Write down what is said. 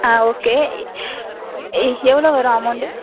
ஆ okay எவ்வளோ வரும் amount